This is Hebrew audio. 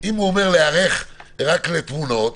אם הוא אומר להיערך רק לתמונות,